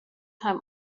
time